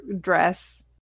dress